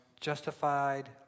justified